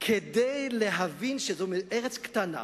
כדי להבין שזו ארץ קטנה,